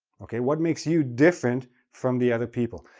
okay? what makes you different from the other people?